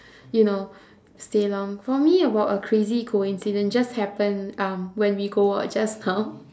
you know stay long for me about a crazy coincidence just happened um when we go out just now